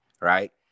right